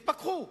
נפקחו.